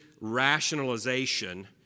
rationalization